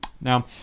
Now